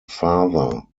father